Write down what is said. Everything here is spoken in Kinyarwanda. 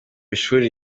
ishuri